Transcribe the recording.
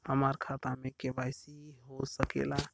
हमार खाता में के.वाइ.सी हो सकेला?